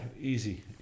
easy